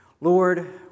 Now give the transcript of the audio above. Lord